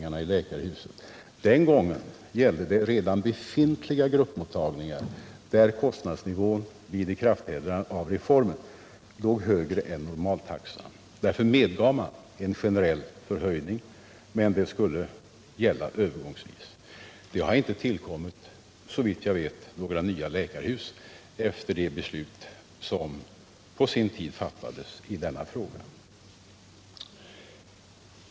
Därför medgavs en generell förhöjning att gälla övergångsvis. Det förslag vi nu diskuterar gäller en ny, privat sjukvårdsorganisation. Det är den avgörande skillnaden. Och såvitt jag vet har det inte tillkommit några nya läkarhus efter det beslut som på sin tid fattades i denna fråga.